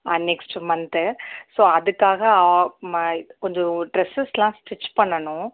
ஆ next month so அதுக்காக ஆ ம கொஞ்சம் ட்ரெஸ்ஸெஸ்லாம் ஸ்டிச் பண்ணணும்